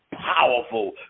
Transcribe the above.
powerful